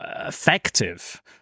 effective